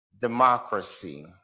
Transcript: democracy